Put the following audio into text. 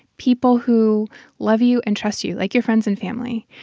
people who love you and trust you, like your friends and family,